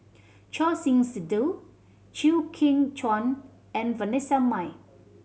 Choor Singh Sidhu Chew Kheng Chuan and Vanessa Mae